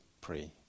pray